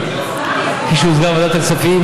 כפי שהוצגה בוועדת הכספים,